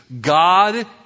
God